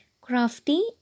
crafty